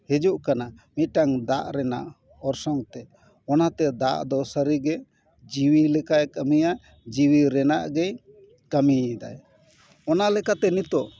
ᱦᱤᱡᱩᱜ ᱠᱟᱱᱟ ᱢᱤᱫᱴᱟᱝ ᱫᱟᱜ ᱨᱮᱱᱟᱜ ᱚᱨᱥᱚᱝ ᱛᱮ ᱚᱱᱟᱛᱮ ᱫᱟᱜ ᱫᱚ ᱥᱟᱹᱨᱤ ᱜᱮ ᱡᱤᱣᱤ ᱞᱮᱠᱟᱭ ᱠᱟᱹᱢᱤᱭᱟ ᱡᱤᱣᱤ ᱨᱮᱱᱟᱜ ᱜᱮᱭ ᱠᱟᱹᱢᱤᱭᱮᱫᱟ ᱚᱱᱟ ᱞᱮᱠᱟᱛᱮ ᱱᱤᱛᱳᱜ